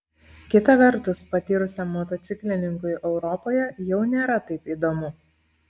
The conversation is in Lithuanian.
kita vertus patyrusiam motociklininkui europoje jau nėra taip įdomu